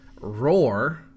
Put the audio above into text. Roar